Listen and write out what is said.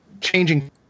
changing